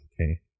okay